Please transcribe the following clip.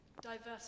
diversity